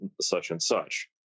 such-and-such